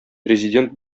президент